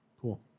Cool